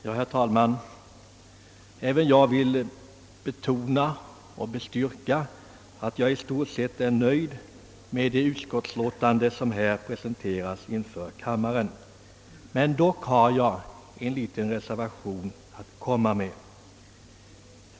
Herr talman! Även jag vill bestyrka och betona att jag i stort sett är nöjd med det förslag som nu har presenterats inför kammaren. Jag har dock en liten reservation att göra.